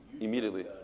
immediately